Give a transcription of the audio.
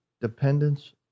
dependence